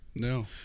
No